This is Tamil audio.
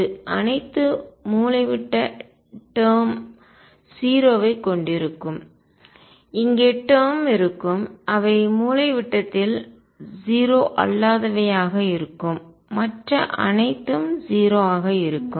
இது அனைத்து மூலைவிட்ட டேர்ம் 0 ஐ கொண்டிருக்கும் இங்கே டேர்ம் இருக்கும் அவை மூலைவிட்டத்தில் 0 அல்லாதவையாக இருக்கும் மற்ற அனைத்தும் 0 ஆக இருக்கும்